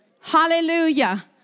Hallelujah